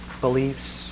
beliefs